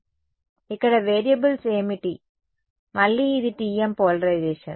కాబట్టి ఇక్కడ వేరియబుల్స్ ఏమిటి మళ్లీ ఇది TM పోలరైజేషన్